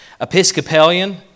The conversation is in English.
Episcopalian